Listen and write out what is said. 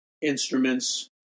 instruments